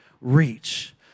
reach